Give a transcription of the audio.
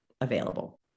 available